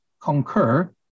concur